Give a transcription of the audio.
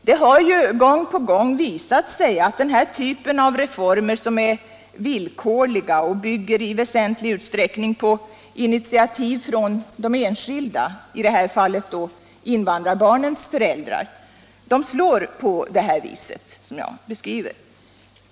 Det har gång på gång visat sig att den här typen av reformer, som är villkorliga och i väsentlig utsträckning bygger på initiativ från den enskilde, i det här fallet invandrarbarnens föräldrar, slår på det vis som jag beskriver.